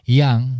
yang